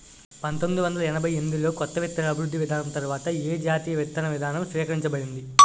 పంతోమ్మిది వందల ఎనభై ఎనిమిది లో కొత్త విత్తన అభివృద్ధి విధానం తర్వాత ఏ జాతీయ విత్తన విధానం స్వీకరించబడింది?